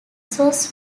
source